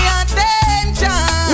attention